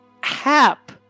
Hap